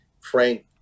Frank